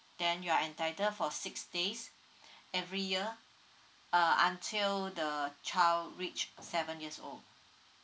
then you are entitled for six days every year uh until the child reach seven years old